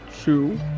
two